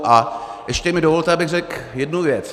A ještě mi dovolte, abych řekl jednu věc.